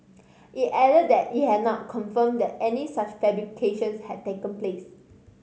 it added that it had not confirmed that any such fabrications had taken place